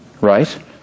right